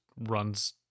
runs